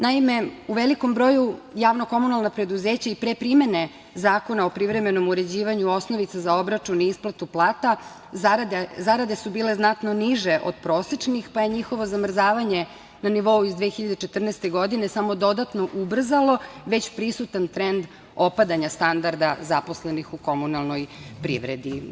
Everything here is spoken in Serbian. Naime, u velikom broju javna komunalna preduzeća i pre primene Zakona o privremenom uređivanju osnovica za obračun i isplatu plata, zarade su bile znatno niže od prosečnih, pa je njihovo zamrzavanje na nivou iz 2014. godine samo dodatno ubrzalo već prisutan trend opadanja standarda zaposlenih u komunalnoj privredi.